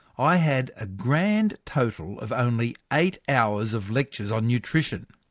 i had a grand total of only eight hours of lectures on nutrition.